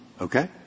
Okay